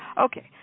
Okay